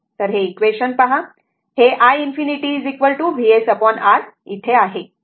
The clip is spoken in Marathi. तर हे इक्वेशन तर पहा हे iinfinity VsR येथे iinfinity आहे